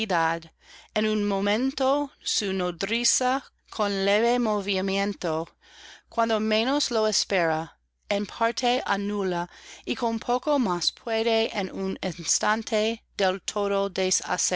en un momento su nodriza con leve movimiento cuando menos lo espera en parte anula y con poco más puede en un instante